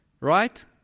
right